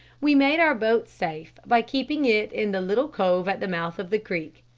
we made our boat safe by keeping it in the little cove at the mouth of the creek.